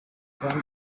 twiteze